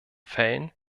fällen